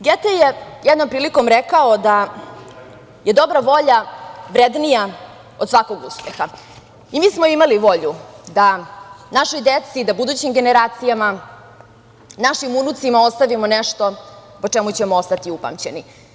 Gete je jednom prilikom rekao da je dobra volja vrednija od svakog uspeha i mi smo imali volju da našoj deci, da budućim generacijama, našim unucima ostavimo nešto po čemu ćemo ostati upamćeni.